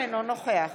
אינו נוכח